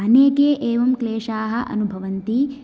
अनेके एवं क्लेषाः अनुभवन्ति